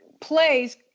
plays